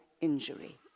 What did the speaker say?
injury